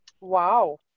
Wow